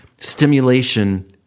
stimulation